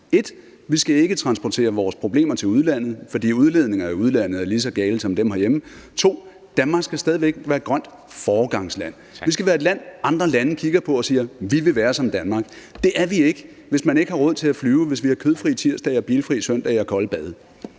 1: Vi skal ikke transportere vores problemer til udlandet, for udledninger i udlandet er lige så gale som dem herhjemme. Punkt 2: Danmark skal stadig væk være et grønt foregangsland. Vi skal være et land, andre lande kigger på og siger: Vi vil være som Danmark. Det er vi ikke, hvis man ikke har råd til at flyve, hvis vi har kødfrie tirsdage, bilfrie søndage og kolde bade.